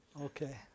Okay